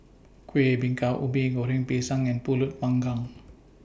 Kueh Bingka Ubi Goreng Pisang and Pulut Panggang